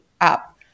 up